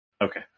Okay